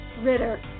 Ritter